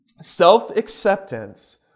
Self-acceptance